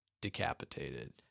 decapitated